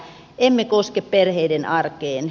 emme koske perheiden arkeen